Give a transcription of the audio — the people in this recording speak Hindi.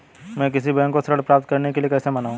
मैं किसी बैंक को ऋण प्राप्त करने के लिए कैसे मनाऊं?